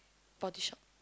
body shop